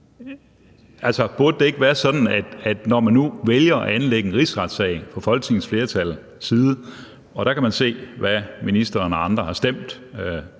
har til det? Altså, man vælger at anlægge en rigsretssag fra Folketingets flertals side, og der kan man se, hvad ministeren og andre har stemt,